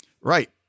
Right